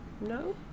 No